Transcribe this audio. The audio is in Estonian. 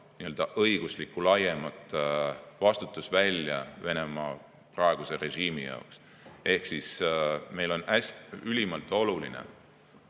õiguslikku laiemat vastutusvälja Venemaa praeguse režiimi jaoks. Ehk meile on ülimalt oluline